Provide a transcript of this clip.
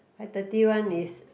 five thirty one is